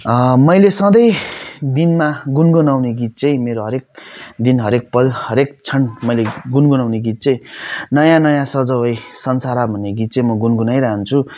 मैले सधैँ दिनमा गुन्गुनाउने गीत चाहिँ मेरो हरएक दिनहरू हरएक पल हरएक क्षण मैले गुन्गुनाउने गीत चाहिँ नयाँ नयाँ सजाऊँ है संसार भन्ने गीत चाहिँ म गुनगुनाइरहन्छु